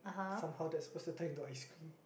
somehow that's supposed to turn into ice cream